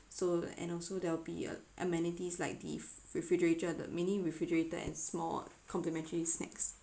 so and also there will be uh amenities like the refrigerator the mini refrigerator and small complimentary snacks